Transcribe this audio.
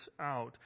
out